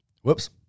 Whoops